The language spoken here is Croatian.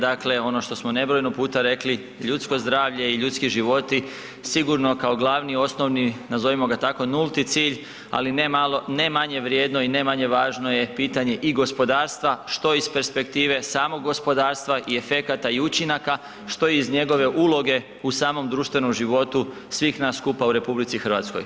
Dakle, ono što smo nebrojeno puta rekli ljudsko zdravlje i ljudski životi sigurno kao glavni i osnovni nazovimo ga tako nulti cilj, ali ne manje vrijedno i ne manje važno je pitanje i gospodarstva što iz perspektive samog gospodarstva i efekata i učinaka, što iz njegove uloge u samom društvenom životu svih nas skupa u RH.